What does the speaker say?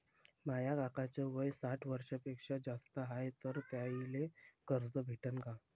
माया काकाच वय साठ वर्षांपेक्षा जास्त हाय तर त्याइले कर्ज भेटन का?